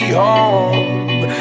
home